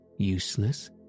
Useless